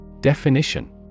Definition